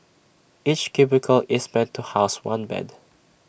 each cubicle is meant to house one bed